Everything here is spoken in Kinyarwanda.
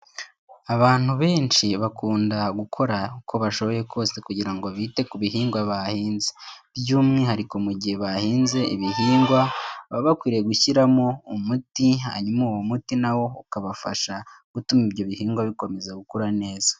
Abantu benshi bakunda gukora uko bashoboye kose kugira ngo bite ku bihingwa bahinze. By'umwihariko mu gihe bahinze ibihingwa, baba bakwiriye gushyiramo umuti, hanyuma uwo muti na wo ukabafasha gutuma ibyo bihingwa bikomeza gukura neza.